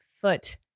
foot